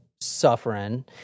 suffering